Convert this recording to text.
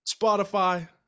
Spotify